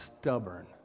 stubborn